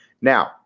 Now